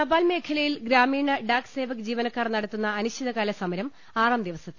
തപാൽ മേഖലയിൽ ഗ്രാമീണ ഡാക് സേവക് ജീവനക്കാർ നടത്തുന്ന അനിശ്ചിതകാല സമരം ആറാം ദിവസത്തിൽ